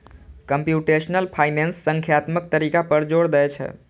computational finance संख्यात्मक तरीका पर जोर दै छै